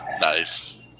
Nice